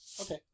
okay